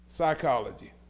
Psychology